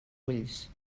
ulls